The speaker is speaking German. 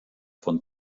von